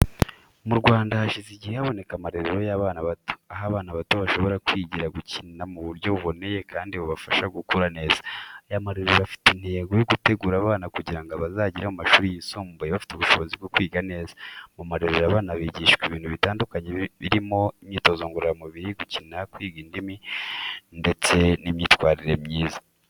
Mu Rwanda, hashize igihe haboneka amarerero y’abana bato, aho abana bato bashobora kwigira no gukina mu buryo buboneye kandi bubafasha gukura neza. Aya marerero afite intego yo gutegura abana kugira ngo bazagere ku mashuri yisumbuye bafite ubushobozi bwo kwiga neza. Mu marerero, abana bigishwa ibintu bitandukanye birimo imyitozo ngororamubiri, gukina, kwiga indimi, ndetse n’imyitwarire myiza.